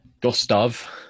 Gustav